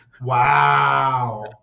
Wow